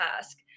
task